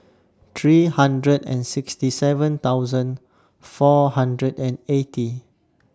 three hundred and sixty seven thousand four hundred and eighty